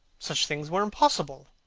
such things were impossible.